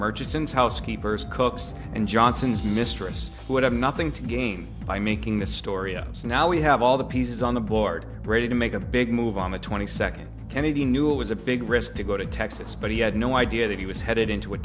merchants and housekeepers cooks and johnson's mistress who would have nothing to gain by making the story oh so now we have all the pieces on the board ready to make a big move on the twenty second and he knew it was a big risk to go to texas but he had no idea that he was headed into a